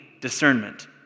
discernment